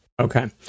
Okay